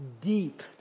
deep